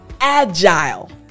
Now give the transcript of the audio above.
agile